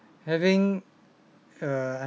having err